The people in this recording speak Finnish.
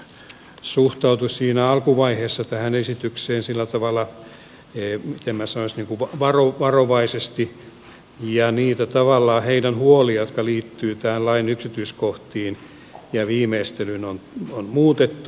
kilpailuvirastohan suhtautui siinä alkuvaiheessa tähän esitykseen sillä tavalla miten minä sanoisin varovaisesti ja tavallaan niitä heidän huoliaan jotka liittyvät tämän lain yksityiskohtiin ja viimeistelyyn on muutettu